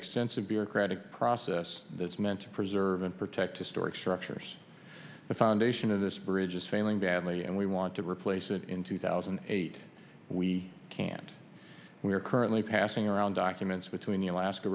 extensive bureaucratic process that's meant to preserve and protect historic structures the foundation of this bridge is failing badly and we want to replace it in two thousand and eight we can't we are currently passing around documents between the alaska